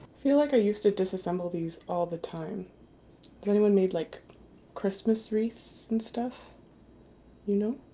feel like i used to disassemble these all the time anyone made like christmas wreaths and stuff you know,